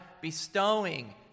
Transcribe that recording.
bestowing